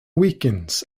weekends